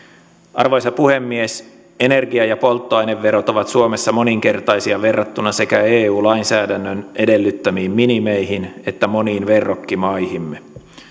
arvoisa puhemies energia ja polttoaineverot ovat suomessa moninkertaisia verrattuna sekä eu lainsäädännön edellyttämiin minimeihin että moniin verrokkimaihimme